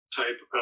type